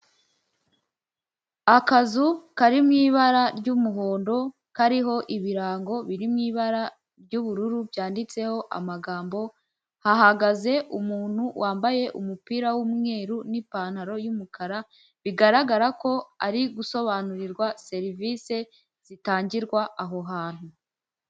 Akazu kari mu ibara ry'umuhondo kariho ibirango biririmo ibara ry'ubururu byanditseho amagambo, hahagaze umuntu wambaye umupira w'umweru n'ipantaro y'umukara bigaragara ko ari gusobanurirwa serivise zitangirwa aho hantu.